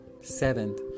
seventh